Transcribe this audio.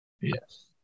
Yes